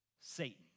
Satan